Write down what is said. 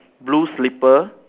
blue slipper